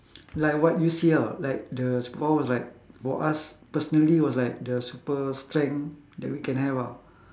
like what you see ah like the power was like for us personally was like the super strength that we can have ah